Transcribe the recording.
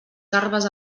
garbes